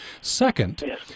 Second